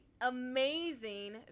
amazing